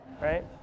right